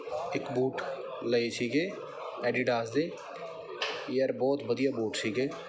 ਇੱਕ ਬੂਟ ਲਏ ਸੀਗੇ ਐਡੀਡਾਸ ਦੇ ਯਾਰ ਬਹੁਤ ਵਧੀਆ ਬੂਟ ਸੀਗੇ